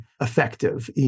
effective